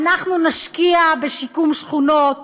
אנחנו נשקיע בשיקום שכונות,